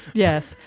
yes.